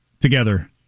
together